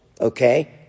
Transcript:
okay